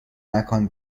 مکان